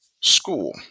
school